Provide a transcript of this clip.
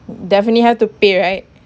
definitely have to pay right